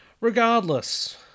regardless